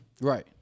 Right